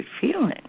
feeling